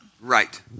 Right